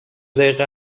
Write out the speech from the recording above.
دقیقه